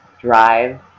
drive